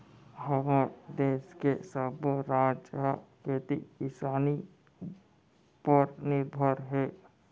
हमर देस के सब्बो राज ह खेती किसानी उपर निरभर हे